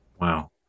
Wow